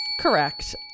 correct